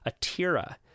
Atira